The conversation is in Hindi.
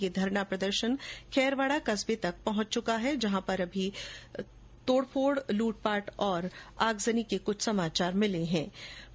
यह धरना प्रदर्शन खेरवाड़ा कस्बे तक पहुंच चुका है जहां पर भी तोड़फोड़ लूटपाट और आगजनी की गई